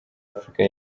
afrika